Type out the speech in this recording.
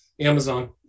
Amazon